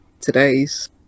today's